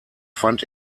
fand